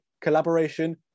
collaboration